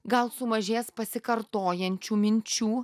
gal sumažės pasikartojančių minčių